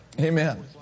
Amen